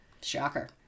Shocker